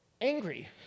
angry